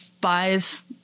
buys